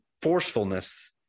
forcefulness